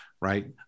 right